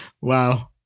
Wow